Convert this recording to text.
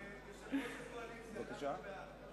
יושב-ראש הקואליציה, אנחנו בעד.